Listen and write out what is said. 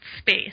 space